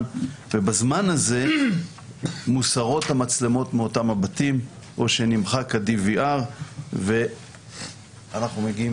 ובזמן הזה מוסרות המצלמות מאותם הבתים או שנמחק ה-DVR ואנחנו מגיעים